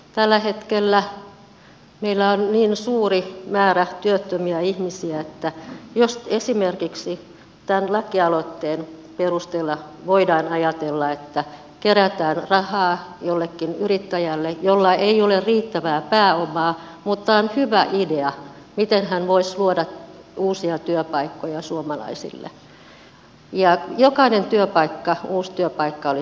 tällä hetkellä meillä on niin suuri määrä työttömiä ihmisiä että jos esimerkiksi tämän lakialoitteen perusteella voidaan ajatella että kerätään rahaa jollekin yrittäjälle jolla ei ole riittävää pääomaa mutta on hyvä idea miten hän voisi luoda uusia työpaikkoja suomalaisille niin jokainen uusi työpaikka olisi tervetullut